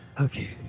Okay